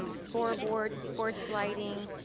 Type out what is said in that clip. um scoreboards, sports lighting,